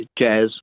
jazz